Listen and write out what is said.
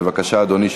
בבקשה, אדוני.